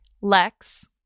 Lex